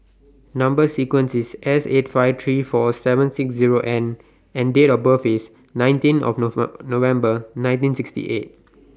Number sequence IS S eight five three four seven six Zero N and Date of birth IS nineteen November nineteen sixty eight